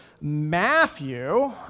Matthew